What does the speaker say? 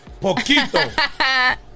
poquito